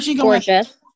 Gorgeous